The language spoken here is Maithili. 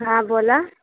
हँ बोलऽ